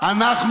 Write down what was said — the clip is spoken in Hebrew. אדרבה.